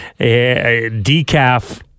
decaf